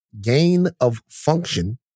gain-of-function